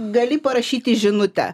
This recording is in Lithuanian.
gali parašyti žinutę